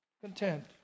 content